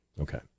Okay